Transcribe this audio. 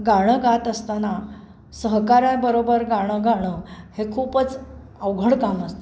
गाणं गात असताना सहकाऱ्याबरोबर गाणं गाणं हे खूपच अवघड काम असतं